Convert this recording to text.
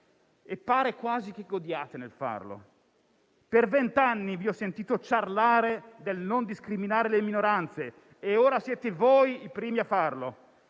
e pare quasi che godiate nel farlo. Per vent'anni vi ho sentito ciarlare del non discriminare le minoranze e ora siete voi i primi a farlo.